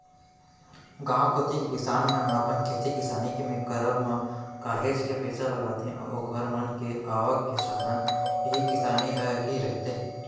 गांव कोती के किसान मन ह अपन खेती किसानी के करब म काहेच के पइसा लगाथे अऊ ओखर मन के आवक के साधन इही किसानी ह ही रहिथे